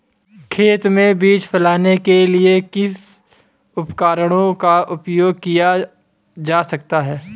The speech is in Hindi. खेत में बीज फैलाने के लिए किस उपकरण का उपयोग किया जा सकता है?